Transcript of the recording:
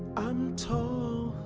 i'm tossed